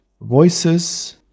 voices